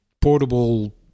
portable